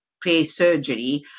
pre-surgery